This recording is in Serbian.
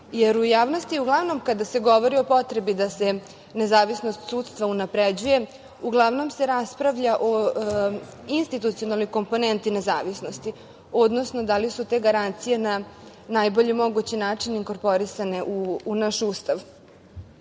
jer u javnosti uglavnom kada se govori o potrebi da se nezavisnost sudstva unapređuje, uglavnom se raspravlja o institucionalnoj komponenti nezavisnosti, odnosno da li su te garancije na najbolji mogući način inkorporisane u naš Ustav